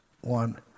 one